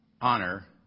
honor